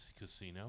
casino